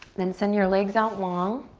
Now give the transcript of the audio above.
then send your legs out long.